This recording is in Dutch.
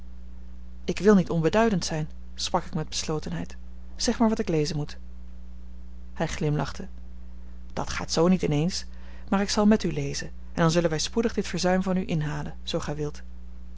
ik wil niet onbeduidend zijn sprak ik met beslotenheid zeg maar wat ik lezen moet hij glimlachte dat gaat zoo niet in eens maar ik zal met u lezen en dan zullen wij spoedig dit verzuim van u inhalen zoo gij wilt